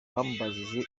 bamubajije